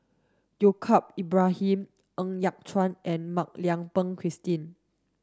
Yaacob Ibrahim Ng Yat Chuan and Mak Lai Peng Christine